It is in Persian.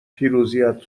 پیروزیت